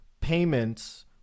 payments